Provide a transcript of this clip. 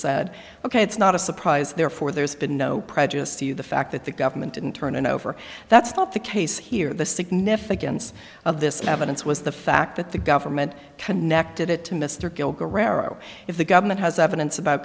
said ok it's not a surprise therefore there's been no prejudice to the fact that the government didn't turn it over that's not the case here the significance of this evidence was the fact that the government connected it to mr gill guerrero if the government has evidence about